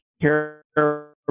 care